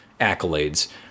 accolades